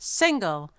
single